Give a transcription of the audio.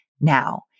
now